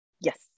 Yes